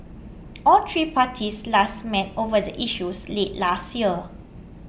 all three parties last met over the issues late last year